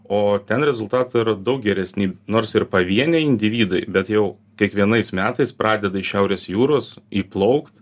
o ten rezultatai yra daug geresni nors ir pavieniai individai bet jau kiekvienais metais pradeda iš šiaurės jūros įplaukt